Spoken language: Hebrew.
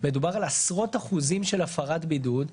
מדובר על עשרות אחוזים של הפרת בידוד,